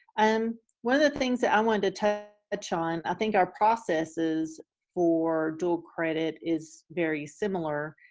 um one of the things that i wanted to touch on, i think our processes for dual credit is very similar,